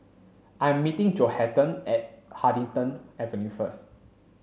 I' meeting Johathan at Huddington Avenue first